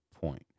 point